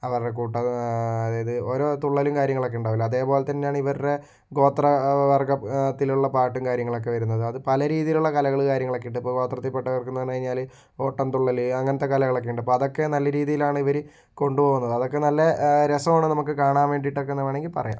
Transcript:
അവരുടെ കൂട്ടം അതായത് ഓരോ തുള്ളലും കാര്യങ്ങളൊക്കെ ഉണ്ടാവില്ലേ അതേപോലെ തന്നെയാണ് ഇവരുടെ ഗോത്ര വർഗ്ഗത്തിലുള്ള പാട്ടും കാര്യങ്ങളൊക്കെ വരുന്നത് അത് പല രീതിയിലുള്ള കലകൾ കാര്യങ്ങളൊക്കെ ഉണ്ട് ഇപ്പോൾ ഗോത്രത്തിൽ പെട്ടവർക്ക് എന്ന് പറഞ്ഞു കഴിഞ്ഞാല് ഓട്ടം തുള്ളല് അങ്ങനത്തെ കലകൾ ഒക്കെ ഉണ്ട് അപ്പോൾ അതൊക്കെ നല്ല രീതിയിലാണ് ഇവര് കൊണ്ടു പോകുന്നത് അതൊക്കെ നല്ല രസമാണ് നമുക്ക് കാണാൻ വേണ്ടിയിട്ട് എന്നൊക്കെ വേണമെങ്കിൽ പറയാം